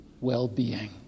well-being